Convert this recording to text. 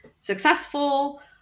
successful